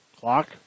Clock